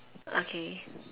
okay